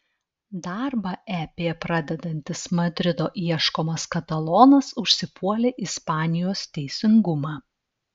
darbą ep pradedantis madrido ieškomas katalonas užsipuolė ispanijos teisingumą